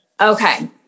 Okay